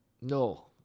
no